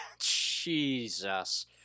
Jesus